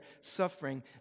suffering